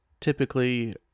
typically